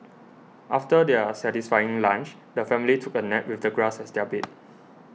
after their satisfying lunch the family took a nap with the grass as their bed